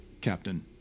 Captain